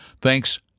Thanks